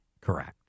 Correct